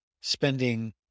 spending